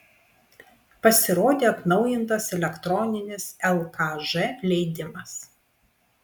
pasirodė atnaujintas elektroninis lkž leidimas